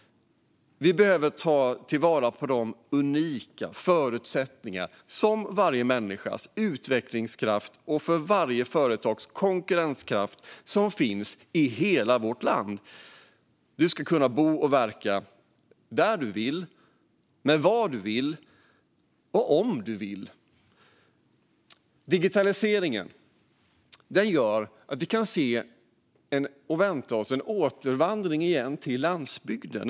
Vi behöver ta vara på de unika förutsättningar för varje människas utvecklingskraft och för varje företags konkurrenskraft som finns i hela vårt land. Du ska kunna bo och verka där du vill, med vad du vill och om du vill. Digitaliseringen gör att vi kan se och vänta oss en återvandring till landsbygden.